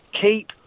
keep